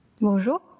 Bonjour